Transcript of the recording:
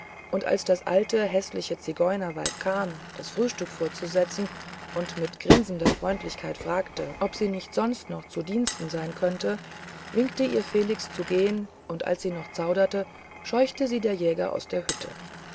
und als das alte häßliche zigeunerweib kam das frühstück vorsetzte und mit grinzender freundlichkeit fragte ob sie nicht sonst noch zu diensten sein könnte winkte ihr felix zu gehen und als sie noch zauderte scheuchte sie der jäger aus der hütte